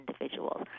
individuals